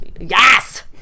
Yes